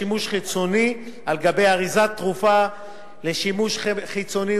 מדובר במלים "לשימוש חיצוני" על גבי אריזת תרופה לשימוש חיצוני,